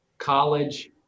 College